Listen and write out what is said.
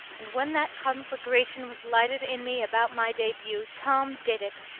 and when that conflagration was lighted in me about my debut, tom did it.